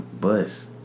bus